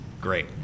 Great